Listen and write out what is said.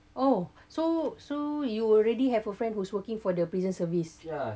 oh so so you already have a friend who's working for the prison service